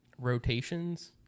rotations